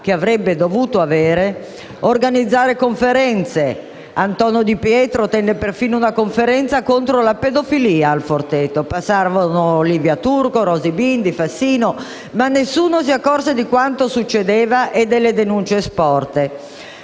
che avrebbe dovuto avere - a organizzare conferenze. Antonio Di Pietro tenne persino una conferenza contro la pedofilia al Forteto; lì passarono Livia Turco, Rosy Bindi e Fassino, ma nessuno si accorse di quanto succedeva e delle denunce sporte.